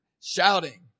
shouting